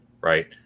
right